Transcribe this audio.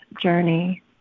journey